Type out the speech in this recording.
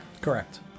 Correct